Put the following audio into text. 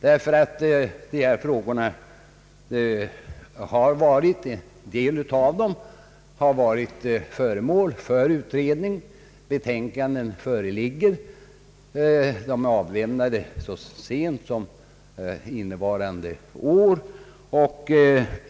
En del av dessa frågor har nämligen varit föremål för utredning. Betänkanden föreligger, de har avlämnats så sent som innevarande år.